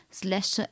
slash